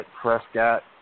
Prescott